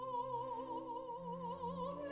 oh,